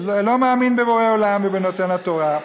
לא מאמין בבורא עולם ובנותן התורה.